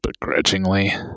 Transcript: Begrudgingly